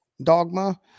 dogma